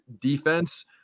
defense